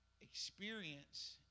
experience